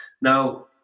Now